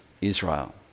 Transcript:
Israel